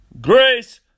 grace